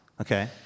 Okay